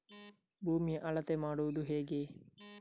ಭೂಮಿಯ ಅಳತೆ ಮಾಡುವುದು ಹೇಗೆ?